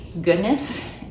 goodness